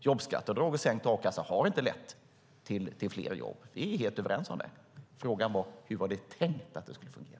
Jobbskatteavdrag och sänkt a-kassa har inte lett till fler jobb. Vi är helt överens om det. Frågan var: Hur var det tänkt att det skulle fungera?